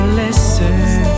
listen